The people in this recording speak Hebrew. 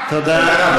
תודה.